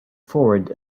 forward